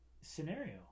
scenario